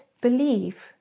believe